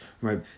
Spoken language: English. right